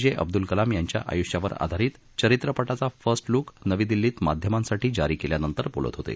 जे अब्दुल कलाम यांच्या आयुष्यावर आधारित चरित्रपटाचा फर्स्ट लुक नवी दिल्लीत माध्यमांसाठी जारी केल्यानंतर बोलत होते